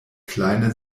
kleine